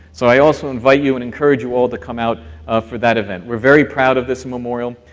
so i also invite you and encourage you all to come out for that event. we're very proud of this memorial.